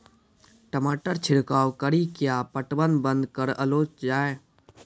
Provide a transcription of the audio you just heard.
टमाटर छिड़काव कड़ी क्या पटवन बंद करऽ लो जाए?